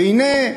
והנה,